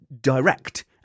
direct